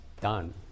done